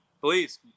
Please